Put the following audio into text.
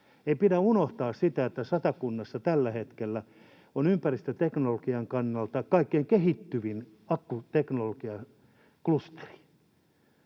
Ei pidä unohtaa, että tällä hetkellä Satakunnassa on ympäristöteknologian kannalta kaikkein kehittyvin akkuteknologiaklusteri,